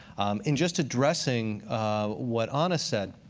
and just addressing what anna said,